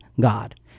God